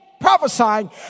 prophesying